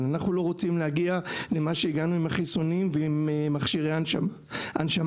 אנחנו לא רוצים להגיע למה שהגענו עם החיסונים ועם מכשירי ההנשמה,